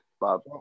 Bob